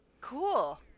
Cool